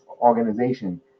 organization